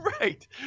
Right